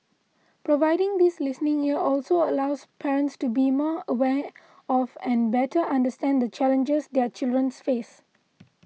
providing this listening ear also allows parents to be more aware of and better understand the challenges their children's face